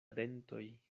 dentoj